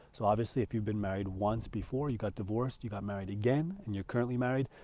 so obviously if you've been married once before you got divorced you got married again, and you're currently married,